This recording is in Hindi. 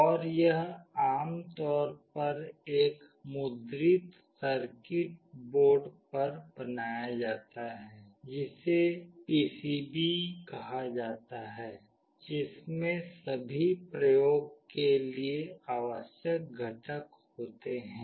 और यह आम तौर पर एक मुद्रित सर्किट बोर्ड पर बनाया जाता है जिसे पीसीबी कहा जाता है जिसमें सभी प्रयोग के लिए आवश्यक घटक होते हैं